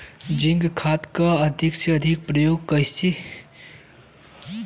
Zinc खाद क अधिक से अधिक प्रयोग कइला से फसल पर का प्रभाव पड़ सकेला?